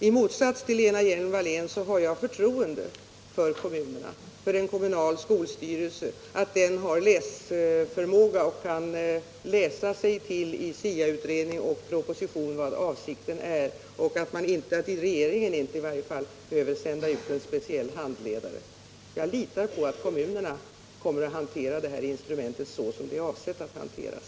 I motsats till Lena Hjelm-Wallén har jag förtroende för kommunerna; jag tror att en kommunal skolstyrelse i SIA-utredning och proposition kan läsa sig till vad avsikten är och att i varje fall inte regeringen behöver sända ut någon speciell handledare. Jag litar på att kommunerna kommer att hantera det här instrumentet som det är avsett att hanteras.